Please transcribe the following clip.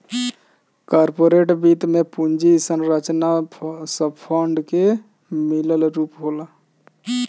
corporate वित्त में पूंजी संरचना सब फंड के मिलल रूप होला